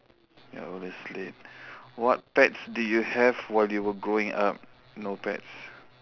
you're always late what pets do you have while you were growing up no pets